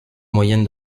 moyenne